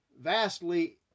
vastly